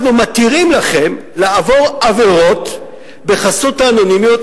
אנחנו מתירים לכם לעבור עבירות בחסות האנונימיות,